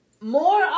more